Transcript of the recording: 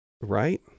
Right